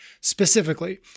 specifically